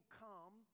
come